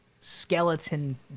skeleton